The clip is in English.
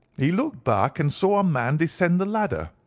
he looked back and saw a man descend the ladder.